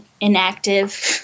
inactive